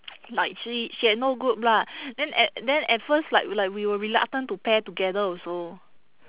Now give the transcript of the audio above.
like she she had no group lah then at then at first like we like we were reluctant to pair together also